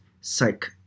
Psych